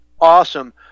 awesome